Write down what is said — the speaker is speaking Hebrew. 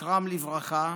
זכרם לברכה,